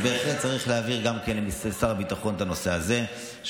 אז בהחלט צריך להבהיר גם עם שר הביטחון את הנושא הזה,